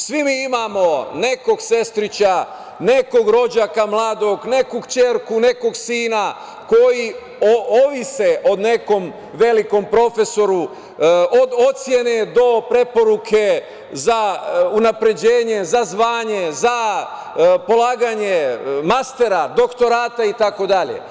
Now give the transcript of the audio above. Svi mi imamo nekog sestrića, nekog rođaka mladog, neku kćerku, nekog sina koji ovise o nekom velikom profesoru, od ocene do preporuke za unapređenje za unapređenje, za zvanje, za polaganje mastera, doktorata itd.